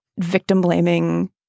victim-blaming